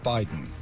Biden